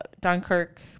Dunkirk